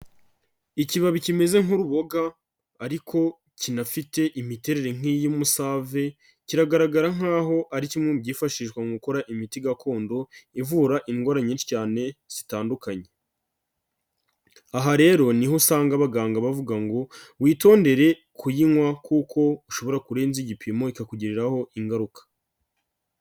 Ikibabi kimeze nk'uruboga ariko kinafite imiterere nk'iy'umusave, kiragaragara nkaho ari kimwe mu byifashishwa mu gukora imiti gakondo ivurara indwara nyinshi cyane zitandukanye, aha rero ni ho usanga abaganga bavuga ngo witondere kuyinywa kuko ushobora kurenza igipimo ikakugiriraho ingaruka.